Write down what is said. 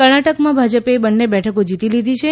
કર્ણાટકમાં ભાજપે બંને બેઠકો જીતી લીધી છે